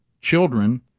children